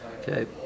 Okay